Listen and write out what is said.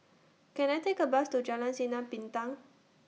Can I Take A Bus to Jalan Sinar Bintang